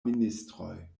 ministroj